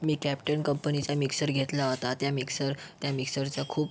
मी Captain कंपनीचा mixer घेतला होता त्या मिक्सर त्या मिक्सरचा खूप